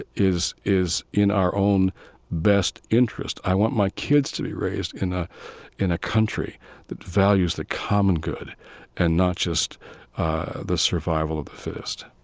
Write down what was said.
ah is is in our own best interest. i want my kids to be raised in ah in a country that values the common good and not just the survival of the fittest